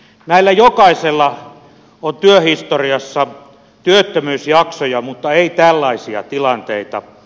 näillä jokaisella on työhistoriassa työttömyysjaksoja mutta ei tällaisia tilanteita